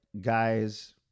guys